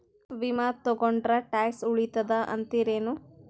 ವಿಮಾ ತೊಗೊಂಡ್ರ ಟ್ಯಾಕ್ಸ ಉಳಿತದ ಅಂತಿರೇನು?